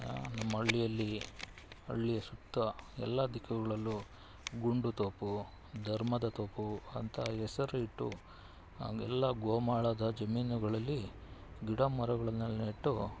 ನಮ್ಮ ಹಳ್ಳಿಯಲ್ಲಿ ಹಳ್ಳಿಯ ಸುತ್ತ ಎಲ್ಲ ದಿಕ್ಕುಗಳಲ್ಲೂ ಗುಂಡು ತೋಪು ಧರ್ಮದ ತೋಪು ಅಂತ ಹೆಸರು ಇಟ್ಟು ಹಂಗೆಲ್ಲ ಗೋಮಾಳದ ಜಮೀನುಗಳಲ್ಲಿ ಗಿಡ ಮರಗಳನ್ನೆಲ್ಲ ನೆಟ್ಟು